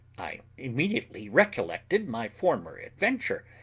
i immediately recollected my former adventure,